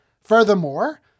Furthermore